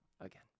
again